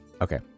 Okay